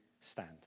stand